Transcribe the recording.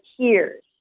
tears